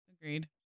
Agreed